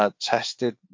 tested